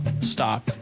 Stop